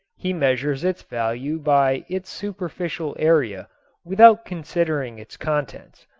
he measures its value by its superficial area without considering its contents,